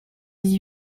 dix